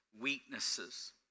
weaknesses